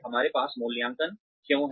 हमारे पास मूल्यांकन क्यों है